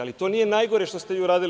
Ali, to nije najgore što ste vi uradili.